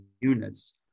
units